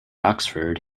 oxford